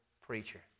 preacher